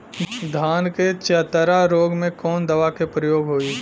धान के चतरा रोग में कवन दवा के प्रयोग होई?